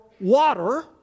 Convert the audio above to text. water